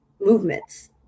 movements